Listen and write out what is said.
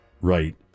right